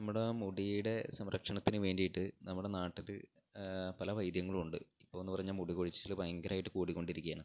നമ്മുടെ മുടിയുടെ സംരക്ഷണത്തിന് വേണ്ടിയിട്ട് നമ്മുടെ നാട്ടില് പല വൈദ്യങ്ങളുമുണ്ട് ഇപ്പോഴെന്ന് പറഞ്ഞാല് മുടികൊഴിച്ചില് ഭയങ്കരമായിട്ട് കൂടിക്കൊണ്ടിരിക്കുകയാണ്